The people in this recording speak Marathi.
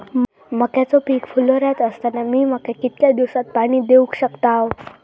मक्याचो पीक फुलोऱ्यात असताना मी मक्याक कितक्या दिवसात पाणी देऊक शकताव?